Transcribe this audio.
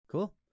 Cool